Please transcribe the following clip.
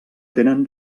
tenen